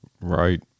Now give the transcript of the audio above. Right